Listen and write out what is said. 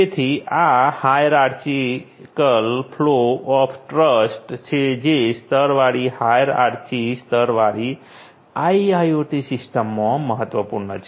તેથી આ hierarchical flow of trust છે જે સ્તરવાળીહાયરઆર્ચિ સ્તરવાળી આઈઆઈઓટી સિસ્ટમમાં મહત્વપૂર્ણ છે